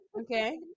Okay